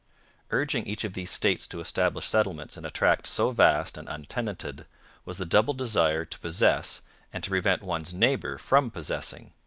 urging each of these states to establish settlements in a tract so vast and untenanted was the double desire to possess and to prevent one's neighbour from possessing.